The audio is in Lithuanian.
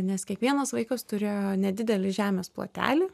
nes kiekvienas vaikas turėjo nedidelį žemės plotelį